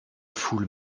foule